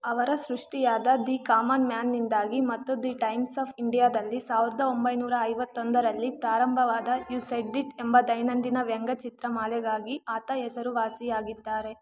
ಅವರ ಸೃಷ್ಟಿಯಾದ The Common ಮ್ಯಾನ್ನಿಂದಾಗಿ ಮತ್ತು ದಿ ಟೈಮ್ಸ್ ಆಫ್ ಇಂಡಿಯಾದಲ್ಲಿ ಸಾವಿರದ ಒಂಬೈನೂರ ಐವತ್ತೊಂದರಲ್ಲಿ ಪ್ರಾರಂಭವಾದ ಯೂ ಸೆಡ್ ಇಟ್ ಎಂಬ ದೈನಂದಿನ ವ್ಯಂಗ್ಯ ಚಿತ್ರಮಾಲೆಗಾಗಿ ಆತ ಹೆಸರುವಾಸಿಯಾಗಿದ್ದಾರೆ